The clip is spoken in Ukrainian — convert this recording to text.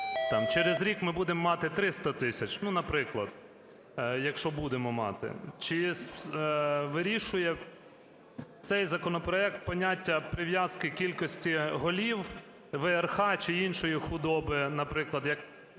через рік ми будемо мати 300 тисяч, ну наприклад, якщо будемо мати. Чи вирішує цей законопроект поняття прив'язки кількості голів ВРХ чи іншої худоби, наприклад, бо